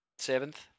Seventh